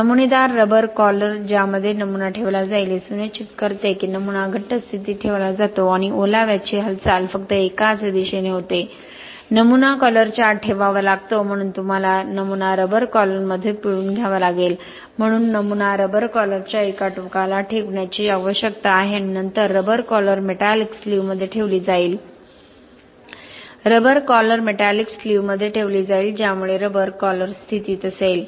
नमुनेदार rubber collar ज्यामध्ये नमुना ठेवला जाईल हे सुनिश्चित करते की नमुना घट्ट स्थितीत ठेवला जातो आणि ओलावाची हालचाल फक्त एकाच दिशेने होते नमुना कॉलरच्या आत ठेवावा लागतो म्हणून तुम्हाला नमुना रबर कॉलरमध्ये पिळून घ्यावा लागेल म्हणून नमुना रबर कॉलरच्या एका टोकाला ठेवण्याची आवश्यकता आहे आणि नंतर रबर कॉलर मेटॅलिक स्लीव्हमध्ये ठेवली जाईल रबर कॉलर मेटॅलिक स्लीव्हमध्ये ठेवली जाईल ज्यामुळे रबर कॉलर स्थितीत असेल